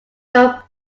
your